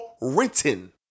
written